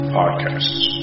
podcasts